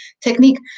technique